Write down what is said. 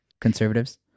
conservatives